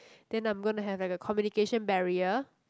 then I'm going to have like a communication barrier